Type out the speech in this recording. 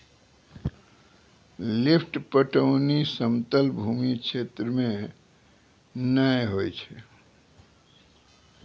lift पटौनी समतल भूमी क्षेत्र मे नै होय छै